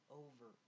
over